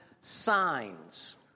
signs